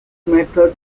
method